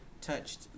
touched